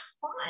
fun